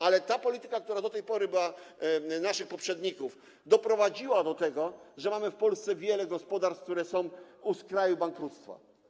Ale polityka prowadzona do tej pory przez naszych poprzedników doprowadziła do tego, że mamy w Polsce wiele gospodarstw, które są na skraju bankructwa.